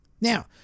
now